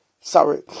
sorry